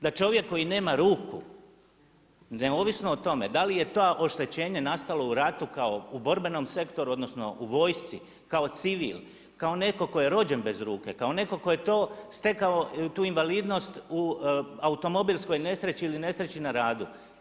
Da čovjek koji nema ruku neovisno o tome da li je to oštećenje nastalo u ratu kao u borbenom sektoru odnosno u vojci, kao civil, kao netko tko je rođen bez ruke, kao netko tko je to stekao, tu invalidnost u automobilskoj nesreći ili nesreći na radu.